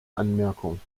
anmerkung